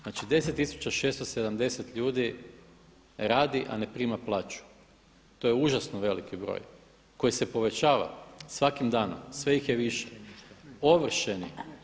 Znači 10 tisuća 670 ljudi radi a ne prima plaću, to je užasno veliki broj koji se povećava svakim danom, sve ih je više, ovršeni.